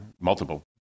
multiple